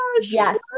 Yes